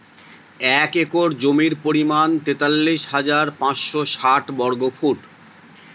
এক একর জমির পরিমাণ তেতাল্লিশ হাজার পাঁচশ ষাট বর্গফুট